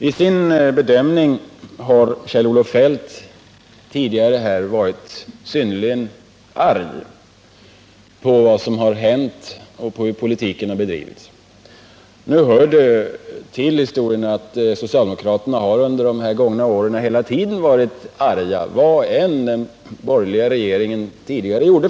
I sin bedömning av vad som har hänt och den politik som har förts har Kjell-Olof Feldt uttryckt stor ilska. Nu hör det till historien att socialdemokraterna under de gångna åren har varit arga över vad den borgerliga regeringen än har gjort.